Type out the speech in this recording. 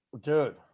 Dude